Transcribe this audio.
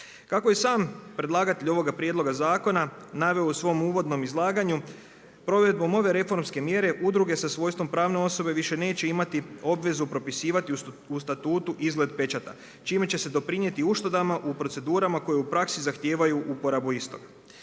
Kako je sam predlagatelj ovoga prijedloga zakona naveo u svom uvodnom izlaganju provedbom ove reformske mjere udruge sa svojstvom pravne osobe više neće imati obvezu propisivati u statutu izgled pečata čime će se doprinijeti uštedama u procedurama koje u praksi zahtijevaju uporabu istog.